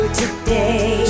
today